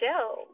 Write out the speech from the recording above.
show